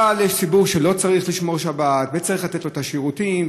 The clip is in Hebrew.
אבל יש ציבור שלא צריך לשמור שבת וצריך לתת לו את השירותים,